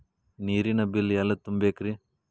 ನೇರಿನ ಬಿಲ್ ಎಲ್ಲ ತುಂಬೇಕ್ರಿ?